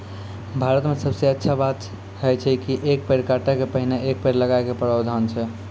भारत मॅ सबसॅ अच्छा बात है छै कि एक पेड़ काटै के पहिने एक पेड़ लगाय के प्रावधान छै